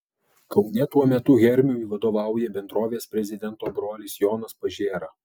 kaune tuo metu hermiui vadovauja bendrovės prezidento brolis jonas pažėra